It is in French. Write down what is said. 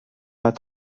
pas